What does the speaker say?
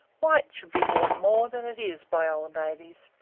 white should be worn more than it is by old ladies.